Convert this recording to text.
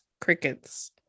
crickets